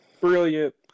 brilliant